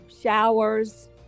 showers